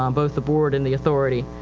um both the board and the authority.